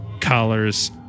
collars